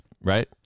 right